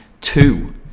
Two